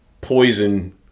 poison